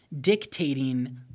dictating